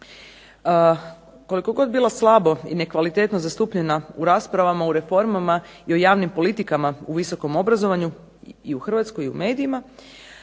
koliko god bila slabo i nekvalitetno zastupljena u raspravama, u reformama i u javnim politikama u visokom obrazovanju i u Hrvatskoj i u medijima,